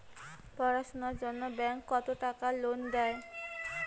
পড়াশুনার জন্যে ব্যাংক কত টাকা লোন দেয়?